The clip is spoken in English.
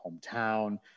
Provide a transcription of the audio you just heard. hometown